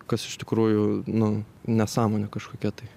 kas iš tikrųjų nu nesąmonė kažkokia tai